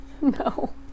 No